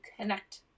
connect